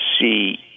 see